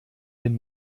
bin